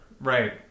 Right